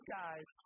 guys